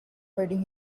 fighting